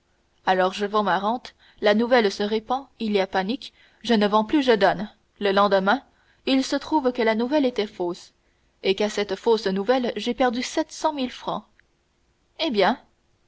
alors je vends ma rente la nouvelle se répand il y a panique je ne vends plus je donne le lendemain il se trouve que la nouvelle était fausse et qu'à cette fausse nouvelle j'ai perdu sept cent mille francs eh bien